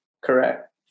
Correct